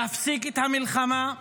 להפסיק את המלחמה,